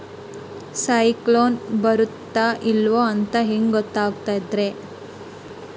ಸೈಕ್ಲೋನ ಬರುತ್ತ ಇಲ್ಲೋ ಅಂತ ಹೆಂಗ್ ಗೊತ್ತಾಗುತ್ತ ರೇ?